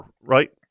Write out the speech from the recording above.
right